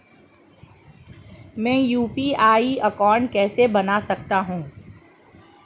मैं UPI account कैसे बना सकता हूं?